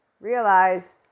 realize